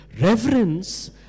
reverence